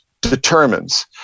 determines